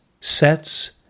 sets